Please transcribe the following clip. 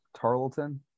Tarleton